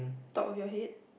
top of your head